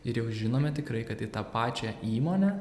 ir jau žinome tikrai kad į tą pačią įmonę